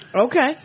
Okay